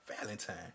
Valentine